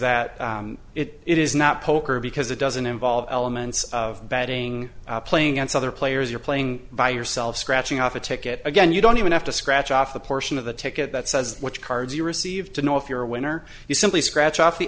that it is not poker because it doesn't involve elements of betting playing against other players you're playing by yourself scratching off a ticket again you don't even have to scratch off the portion of the ticket that says which cards you received to know if you're a winner you simply scratch off the